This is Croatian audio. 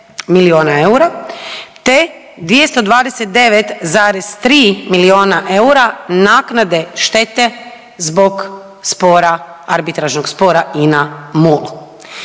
milijuna eura te 229,3 milijuna eura naknade štete zbog spora arbitražnog spora INA –